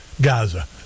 Gaza